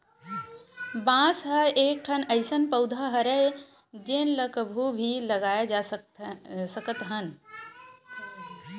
बांस ह एकठन अइसन पउधा हरय जेन ल कहूँ भी लगाए जा सकत हवन